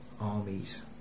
armies